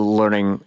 learning